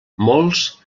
molts